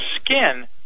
skin